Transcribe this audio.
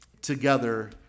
together